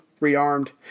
rearmed